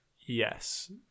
Yes